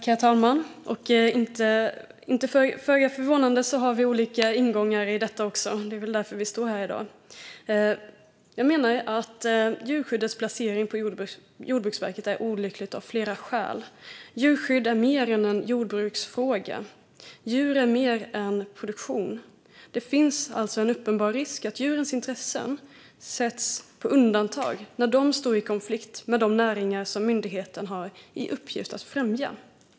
Herr talman! Föga förvånande har vi olika ingångar också i detta. Det är väl därför vi står här i dag. Jag menar att djurskyddets placering på Jordbruksverket är olycklig av flera skäl. Djurskydd är mer än en jordbruksfråga. Djur är mer än produktion. Det finns en uppenbar risk att djurens intressen sätts på undantag när de står i konflikt med de näringar som myndigheten har i uppgift att främja.